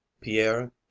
Pierre